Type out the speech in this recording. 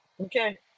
okay